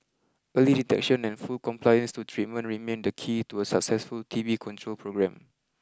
early detection and full compliance to treatment remain the key to a successful T B control programme